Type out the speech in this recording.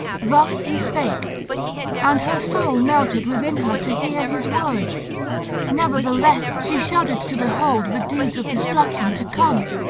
thus he spake and her soul melted within her to hear his words nevertheless she shuddered to behold the deeds of destruction to come.